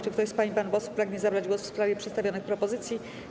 Czy ktoś z pań i panów posłów pragnie zabrać głos w sprawie przedstawionych propozycji?